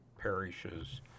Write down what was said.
parishes